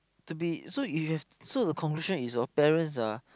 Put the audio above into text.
to be so you have so the conclusion is your parents ah